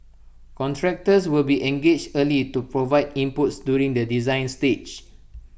contractors will be engaged early to provide inputs during the design stage